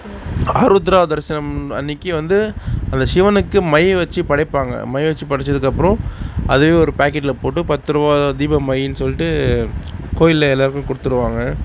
ஆருத்ரா தரிசனம் அன்றைக்கி வந்து அந்த சிவனுக்கு மை வச்சு படைப்பாங்க மை வச்சு படைச்சதுக்கு அப்புறம் அதுவே ஒரு பாக்கெட்டில் போட்டு பத்துரூபாய் தீப மையின்னு சொல்லிட்டு கோயிலில் எல்லாருக்கும் கொடுத்துருவாங்க